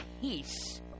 peace